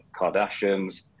Kardashians